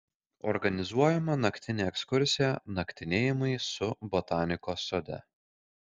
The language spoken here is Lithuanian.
organizuojama naktinė ekskursija naktinėjimai su botanikos sode